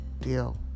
deal